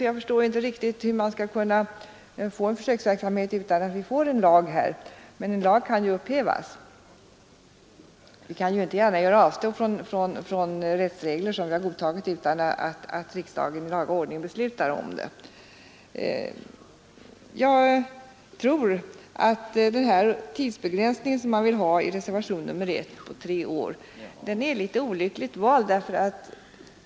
Jag förstår inte riktigt hur man skall kunna ha en försöksverksamhet utan att vi får en lag. Men en lag kan ju upphävas. Vi kan inte gärna göra avsteg från rättsregler, som vi har godkänt, utan att riksdagen i laga ordning beslutar om detta. Jag tror att den här tidsbegränsningen på tre år som man vill ha i reservationen 1 är litet olyckligt vald.